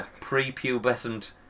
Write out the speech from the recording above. pre-pubescent